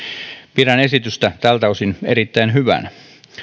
pidän esitystä tältä osin erittäin hyvänä